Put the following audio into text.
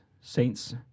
Saints